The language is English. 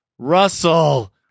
Russell